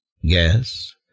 Yes